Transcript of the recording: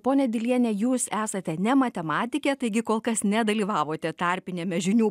ponia diliene jūs esate nematematikė taigi kol kas nedalyvavote tarpiniame žinių